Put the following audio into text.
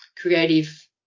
creative